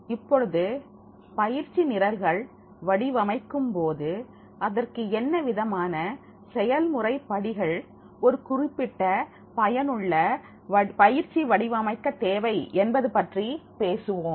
இப்பொழுது பயிற்சி நிரல்கள் வடிவமைக்கும்போது அதற்கு என்ன விதமான செயல்முறை படிகள் ஒரு குறிப்பிட்ட பயனுள்ள பயிற்சி வடிவமைக்கத்தேவை என்பது பற்றி பேசுவோம்